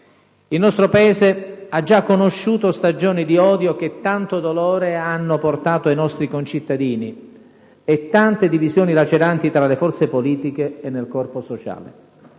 Il nostro Paese ha già conosciuto stagioni di odio che tanto dolore hanno portato ai nostri concittadini e tante divisioni laceranti tra le forze politiche e nel corpo sociale.